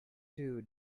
two